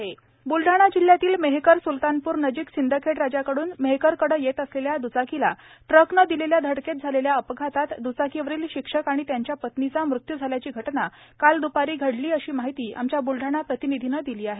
अपघात मृत्यू ब्लढाणा जिल्ह्यातील मेहकर सूलतानपूर नजीक सिंदखेड राजाकडून मेहकरकडं येत असलेल्या दुचाकीला ट्रकनं दिलेल्या धडकेत झालेल्या अपघातात दुचाकीवरील शिक्षक आणि त्याच्या पत्नीचा मृत्यू झाल्याची घटना काल दुपारी घडली अशी माहिती आमच्या बुलढाणा प्रतिनिधीनं दिली आहे